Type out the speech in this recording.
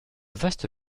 vaste